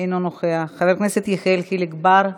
אינו נוכח, חבר הכנסת יחיאל חיליק בר,